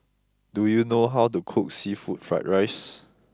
do you know how to cook Seafood Fried Rice